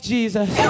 Jesus